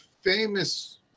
Famous